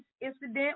incident